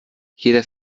jeder